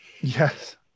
yes